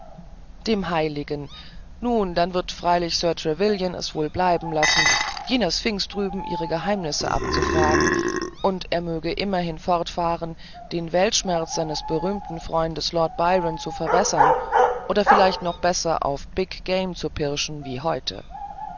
dem heiligen nun dann wird freilich sir trevelyan es wohl bleiben lassen jener sphinx drüben ihre geheimnisse abzufragen und er möge immerhin fortfahren den weltschmerz seines berühmten freundes lord byron zu verwässern oder vielleicht noch besser auf big game zu pirschen wie heute